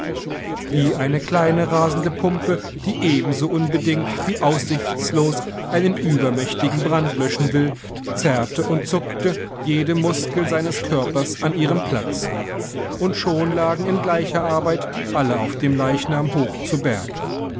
wie eine kleine rasende pumpe die ebenso unbedingt wie aussichtslos einen übermächtigen brand löschen will zerrte und zuckte jede muskel seines körpers an ihrem platz und schon lagen in gleicher arbeit alle auf dem leichnam hoch zu berg